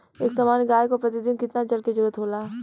एक सामान्य गाय को प्रतिदिन कितना जल के जरुरत होला?